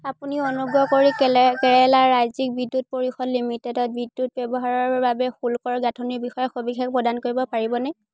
আপুনি অনুগ্ৰহ কৰি কেৰেলা ৰাজ্যিক বিদ্যুৎ পৰিষদ লিমিটেডত বিদ্যুৎ ব্যৱহাৰৰ বাবে শুল্কৰ গাঁথনিৰ বিষয়ে সবিশেষ প্ৰদান কৰিব পাৰিবনে